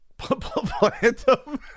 Plantum